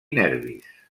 nervis